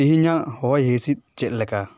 ᱛᱮᱦᱮᱧᱟᱹᱜ ᱦᱚᱭ ᱦᱤᱸᱥᱤᱫ ᱪᱮᱫ ᱞᱮᱠᱟ